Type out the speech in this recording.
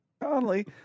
Conley